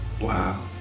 Wow